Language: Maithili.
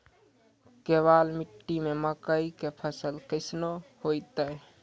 केवाल मिट्टी मे मकई के फ़सल कैसनौ होईतै?